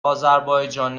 آذربایجان